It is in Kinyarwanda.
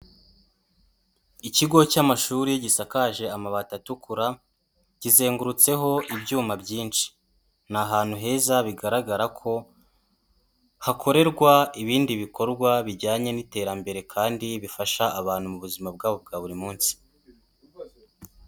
Ikigo cy'amashuri gisakaje amabati atukura, kizengurutseho ibyuma byinshi, ni ahantu heza bigaragara ko hakorerwa ibindi bikorwa bijyanye n'iterambere kandi bifasha abantu mu buzima bwabo bwa buri munsi.